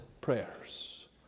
prayers